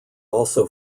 also